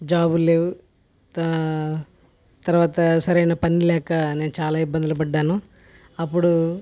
జాబులు లేవు తర్వాత సరైన పని లేక నేను చాలా ఇబ్బందులు పడ్డాను అప్పుడు